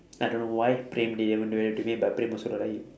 I don't know why praem didn't even do that to me but praem also don't like him